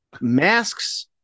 Masks